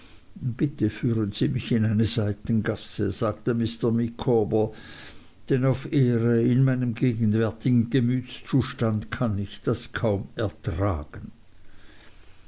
bitte führen sie mich in eine seitengasse sagte mr micawber denn auf ehre in meinem gegenwärtigen gemütszustand kann ich das kaum ertragen